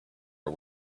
are